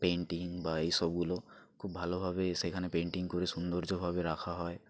painting বা এইসবগুলো খুব ভালোভাবেই সেখানে পেন্টিং করে সৌন্দর্যভাবে রাখা হয়